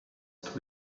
last